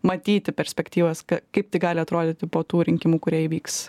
matyti perspektyvas kaip tai gali atrodyti po tų rinkimų kurie įvyks